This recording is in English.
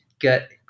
get –